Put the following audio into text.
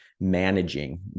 managing